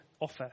offer